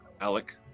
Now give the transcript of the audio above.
Alec